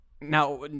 now